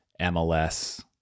MLS